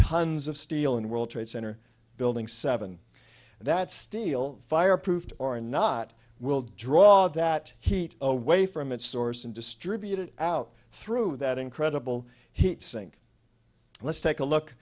tons of steel in world trade center building seven that steel fire proved or not will draw that heat away from its source and distribute it out through that incredible heat sink let's take a look